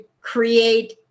create